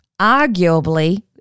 arguably